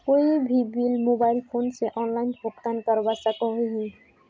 कोई भी bill mobile phone से ऑनलाइन भुगतान करवा सकोहो ही?